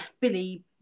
Billy